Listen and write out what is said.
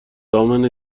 امنه